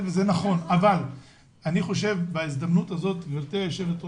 אבל בהזדמנות הזאת, גברתי היושבת-ראש,